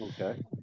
Okay